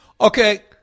Okay